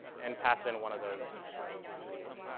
and pass in one of those one of those degrees.